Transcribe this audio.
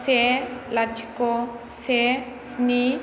से लाथिख से स्नि